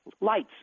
Lights